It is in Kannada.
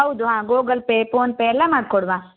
ಹೌದು ಹಾಂ ಗೊಗಲ್ ಪೇ ಪೋನ್ಪೇ ಎಲ್ಲ ಮಾಡ್ಕೊಡುವ